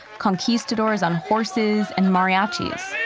conquistadors on horses and mariachis